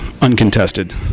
uncontested